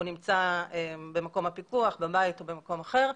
הוא נמצא במקום הפיקוח, בבית או במקום אחר,